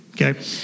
Okay